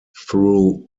through